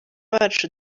bacu